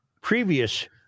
previous